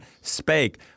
Spake